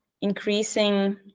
increasing